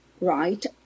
right